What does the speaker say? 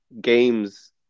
games